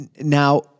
Now